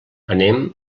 anem